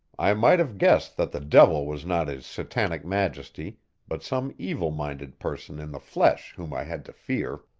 i might have guessed that the devil was not his satanic majesty but some evil-minded person in the flesh whom i had to fear.